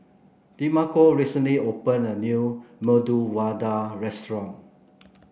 Demarco recently opened a new Medu Vada Restaurant